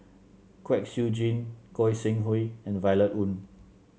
Kwek Siew Jin Goi Seng Hui and Violet Oon